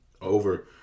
over